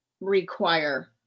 require